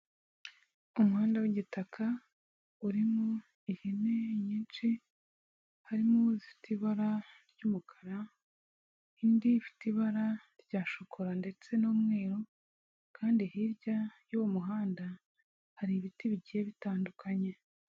Umuhanda w'igitaka urimo ihene nyinshi, harimo izifite ibara ry'umukara, indi ifite ibara rya shokora ndetse n'umweru, kandi hirya y'uwo muhanda hari ibiti bigiye bitandukanye.